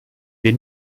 wir